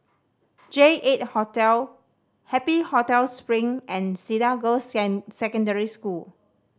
J Eight Hotel Happy Hotel Spring and Cedar Girls' Secondary School